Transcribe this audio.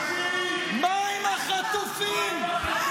מה עם החטופים?